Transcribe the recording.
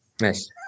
Nice